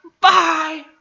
Bye